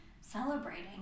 celebrating